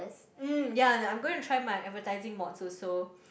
um ya then I'm going to try my advertising modes also